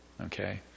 Okay